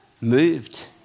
moved